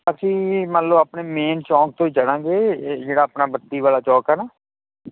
ਅਸੀਂ ਮੰਨ ਲੋ ਆਪਣੇ ਮੇਨ ਚੌਂਕ ਤੋਂ ਚੜ੍ਹਾਂਗੇ ਜਿਹੜਾ ਆਪਣਾ ਬੱਤੀ ਵਾਲਾ ਚੌਂਕ ਐ ਨਾ